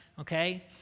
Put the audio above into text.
okay